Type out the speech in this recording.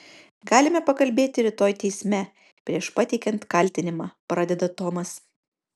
galime pakalbėti rytoj teisme prieš pateikiant kaltinimą pradeda tomas